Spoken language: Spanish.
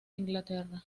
inglaterra